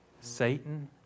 Satan